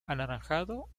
anaranjado